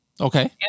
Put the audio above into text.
okay